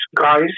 guys